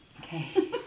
Okay